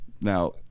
Now